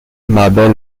mabel